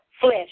flesh